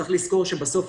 צריך לזכור שבסוף,